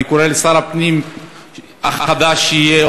אני קורא לשר הפנים החדש שיהיה,